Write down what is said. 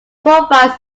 provides